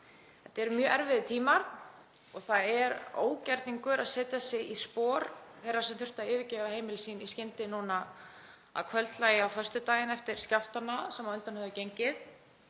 Þetta eru mjög erfiðir tímar og það er ógerningur að setja sig í spor þeirra sem þurftu að yfirgefa heimili sín í skyndi að kvöldlagi á föstudaginn eftir skjálftana sem á undan höfðu gengið.